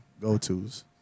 go-tos